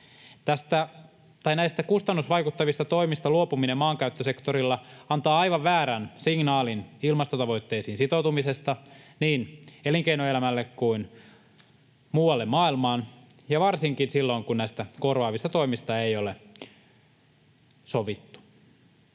Näistä kustannusvaikuttavista toimista luopuminen maankäyttösektorilla antaa aivan väärän signaalin ilmastotavoitteisiin sitoutumisesta niin elinkeinoelämälle kuin muualle maailmaan ja varsinkin silloin, kun näistä korvaavista toimista ei ole sovittu.